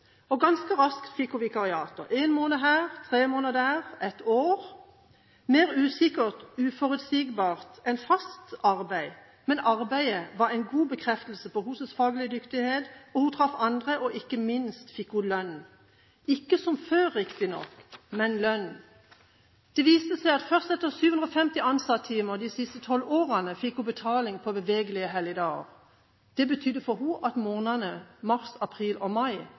Ganske raskt fikk hun vikariater: Én måned her, tre måneder der, ett år et annet sted. Mer usikkert og mer uforutsigbart enn fast arbeid, men arbeidet var en god bekreftelse på hennes faglige dyktighet, og hun traff andre folk, og ikke minst fikk hun lønn – ikke som før riktignok, men lønn. Det viste seg at hun først etter 750 timer som ansatt de siste 12 måneder fikk betaling for bevegelige helligdager. For henne betydde det at månedene mars, april og mai